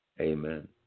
Amen